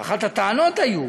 אחת הטענות הייתה